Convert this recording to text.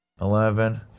eleven